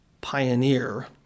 pioneer